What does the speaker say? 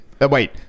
Wait